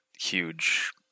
huge